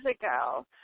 ago